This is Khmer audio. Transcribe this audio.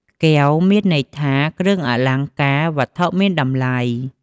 កែវ មានន័យថាគ្រឿងអលង្ការ វត្ថុមានតម្លៃ។